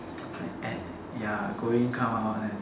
like add ya go in come out right